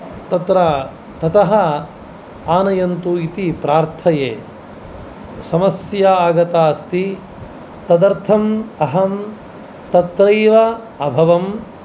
तत्र ततः आनयन्तु इति प्रार्थये समस्या आगता अस्ति तदर्थम् अहं तत्रैव अभवं